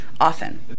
often